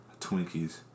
Twinkies